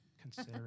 consider